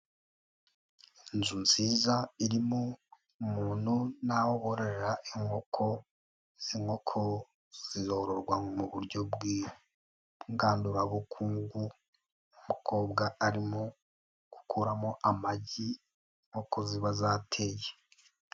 Inzu nziza irimo umuntu n'aho bororera inkoko, izi nkoko zizororwa mu buryo bw'ingandurabukungu, umukobwa arimo gukuramo amagi inkoko ziba zateye.